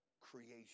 creation